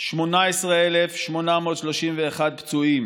18,831 פצועים